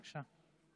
בבקשה.